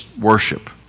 worship